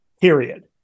Period